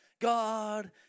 God